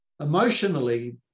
emotionally